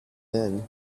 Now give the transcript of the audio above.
then